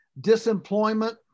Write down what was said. disemployment